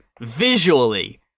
visually